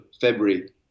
february